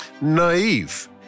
naive